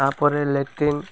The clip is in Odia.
ତା'ପରେ ଲାଟ୍ରିନ୍